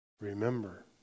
remember